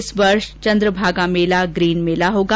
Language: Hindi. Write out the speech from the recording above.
इस वर्ष चंद्रभागा मेला ग्रीन मेला होगा